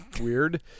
weird